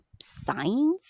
signs